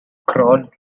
crawled